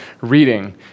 reading